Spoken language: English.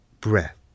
breath